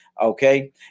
okay